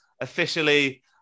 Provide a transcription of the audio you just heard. officially